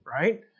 right